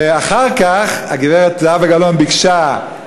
ואחר כך הגברת זהבה גלאון ביקשה לפני,